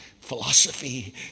philosophy